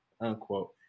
unquote